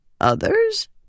Others